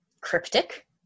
Cryptic